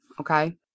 Okay